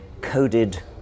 coded